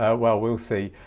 ah well, we'll see.